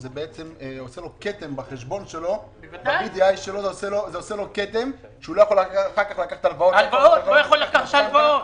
זה עושה לו כתם בחשבון כך שאחר כך הוא לא יכול לקחת הלוואות.